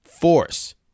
force